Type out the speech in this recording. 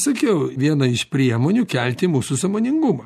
sakiau viena iš priemonių kelti mūsų sąmoningumą